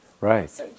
Right